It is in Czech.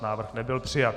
Návrh nebyl přijat.